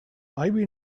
maybe